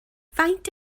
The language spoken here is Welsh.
faint